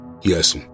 Yes